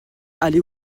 allez